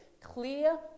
clear